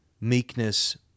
meekness